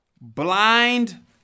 blind